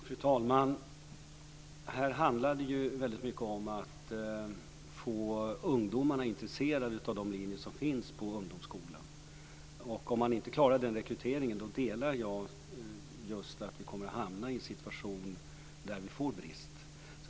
Fru talman! Här handlar det mycket om att få ungdomarna intresserade av de linjer som finns på ungdomsskolan. Om man inte klarar den rekryteringen så delar jag uppfattningen att vi kommer att hamna i en situation där vi får brist.